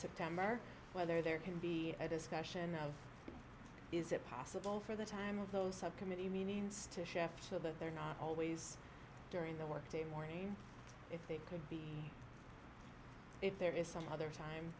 september or whether there can be a discussion of is it possible for the time of those subcommittee means to chefs so that they're not always during the workday morning if they could be if there is some other time